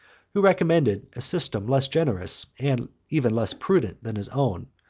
who recommended a system less generous, and even less prudent, than his own,